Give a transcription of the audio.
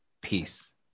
Peace